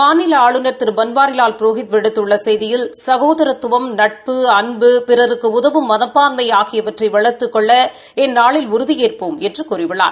மாநில ஆளுநர் திரு பன்வாரிலால் புரோஹித் விடுத்துள்ள செய்தியில் சகோதரத்துவம் நட்பு அன்பு பிறருக்கு உதவும் மனப்பான்மை ஆகியவற்றை வள்த்துக் கொள்ள இந்நாளில் உறுதியேற்போம் என்று கூறியுள்ளார்